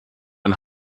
ein